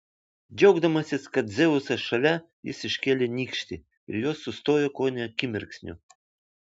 džiaugdamasis kad dzeusas šalia jis iškėlė nykštį ir jos sustojo kone akimirksniu